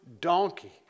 donkey